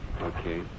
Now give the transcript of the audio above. Okay